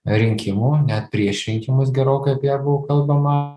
rinkimų net prieš rinkimus gerokai apie ją buvo kalbama